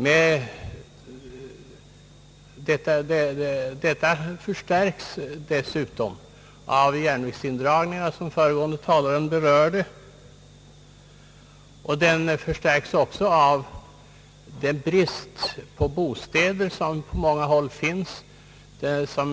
Dess betydelse förstärks dessutom av järnvägsindragningarna, som föregående talare berörde, liksom av bristen på bostäder på många håll. Det är ofta